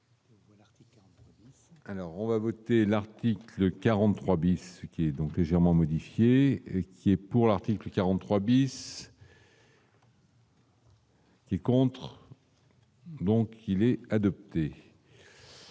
Alors on va voter l'article 43 bis qui est donc légèrement modifié et qui est, pour l'article 43 bis. Qui Ci-contre. Donc il est adopté.